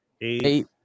eight